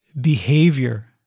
behavior